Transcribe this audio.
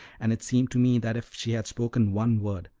and it seemed to me that if she had spoken one word,